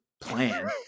plan